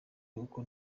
uko